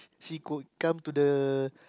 she could come to the